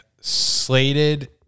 slated